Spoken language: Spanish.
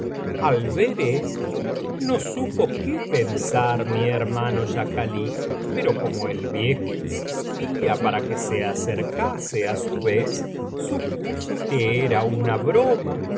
al ver esto no supo qué pensar mi hermano schakalik pero como el viejo insistía para que se acercase á su vez supuso que era una broma y